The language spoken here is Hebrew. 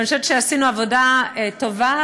אבל אני חושבת שעשינו עבודה טובה.